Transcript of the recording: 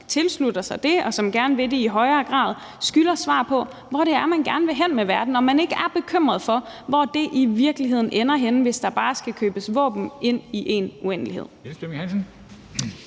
tilslutter sig det, og som gerne vil det i højere grad, skylder svar på, hvor det er, man gerne vil hen med verden, og om man ikke er bekymret for, hvor det i virkeligheden ender henne, hvis der bare skal købes våben i en uendelighed.